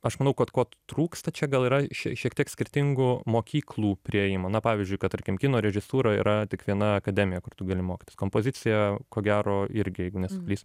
aš manau kad ko trūksta čia gal yra šie šiek tiek skirtingų mokyklų priėjimo na pavyzdžiui kad tarkim kino režisūra yra tik viena akademija kur tu gali mokytis kompozicija ko gero irgi jeigu nesuklys